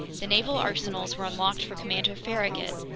the naval arsenals were unlocked for commander farragut,